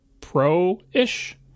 pro-ish